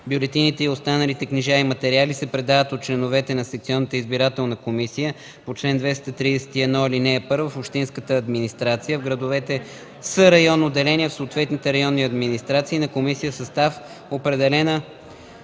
бюлетините и останалите книжа и материали се предават от членовете на секционната избирателна комисия по чл. 231, ал. 1 в общинската, администрация, а в градовете с районно деление в съответните районни администрации, на комисия в състав, определен